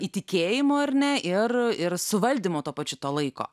įtikėjimo ar ne ir ir suvaldymo tuo pačiu to laiko